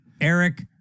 Eric